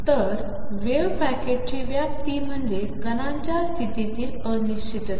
मगवेव्हपॅकेटचीव्याप्तीम्हणजेकणांच्यास्थितीतीलअनिश्चितता